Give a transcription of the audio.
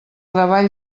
davall